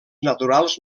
naturals